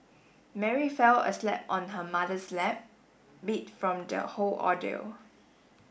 Mary fell aslept on her mother's lap beat from the whole ordeal